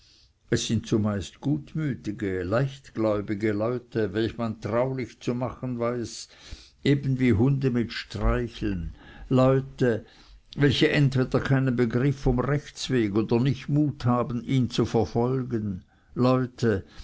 es sind zumeist gutmütige leichtgläubige leute welche man traulich zu machen weiß eben wie hunde mit streicheln leute welche entweder keinen begriff vom rechtsweg oder nicht mut haben ihn zu verfolgen leute